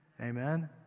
Amen